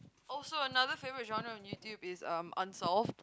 also another favourite genre of YouTube is um unsolved